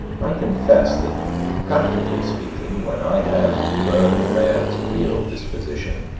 i confess, that practically speaking, when i have learned a man's real disposition,